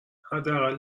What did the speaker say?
حداقل